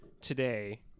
today